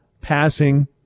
passing